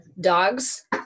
dogs